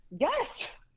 yes